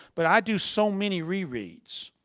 but i do so many re-reads.